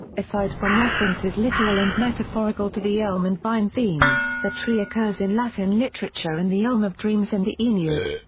aside from references literal and metaphorical to the elm and vine theme, the tree occurs in latin literature in the elm of dreams in the aeneid.